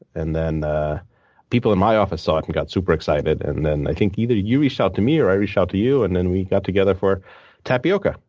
and then, people in my office saw it and got super excited. and then, i think either you reached out to me or i reached out to you. and then, we got together for tapioca.